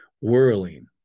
whirling